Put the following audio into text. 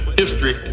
history